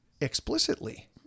explicitly